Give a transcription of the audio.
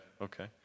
okay